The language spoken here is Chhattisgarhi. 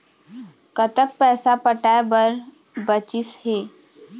कतक पैसा पटाए बर बचीस हे?